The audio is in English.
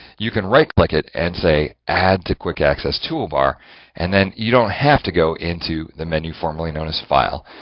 you can right click it and say add to quick access toolbar and then you don't have to go into the menu formerly known as file,